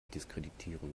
diskreditieren